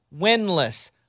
winless